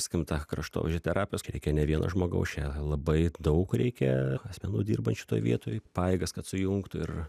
skim tą kraštovaizdžio terapijos čia reikia ne vieno žmogaus čia labai daug reikia asmenų dirbančių toj vietoj pajėgas kad sujungtų ir